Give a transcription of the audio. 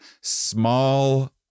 small